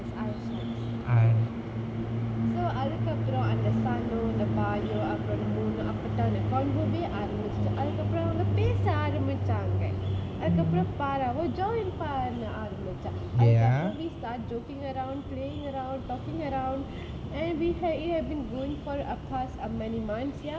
yes I have so அதுக்கப்பறம் அந்த:athukkapparam antha sun um அந்த:andha bai um அப்றம் அந்த:apram andha moon um அப்பத்தான கொஞ்சவே ஆரம்பிச்சுட்டு அதுக்கப்பறம் அவங்க பேச ஆரம்பிச்சாங்க அதுக்கப்பறம்:appatthaana konjavae aarambichittu aarambichuttu avanga pesa aarambichaanga athukkapparam paaraa we join par~ ஆரம்பிச்சா அதுக்கப்பறம்:aarambichaa athukkapparam we start joking around playing around talking around and we have it had been going for the past many months ya